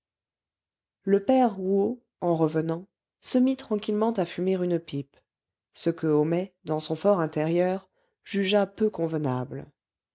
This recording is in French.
le père rouault en revenant se mit tranquillement à fumer une pipe ce que homais dans son for intérieur jugea peu convenable